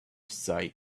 sight